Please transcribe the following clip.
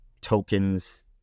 tokens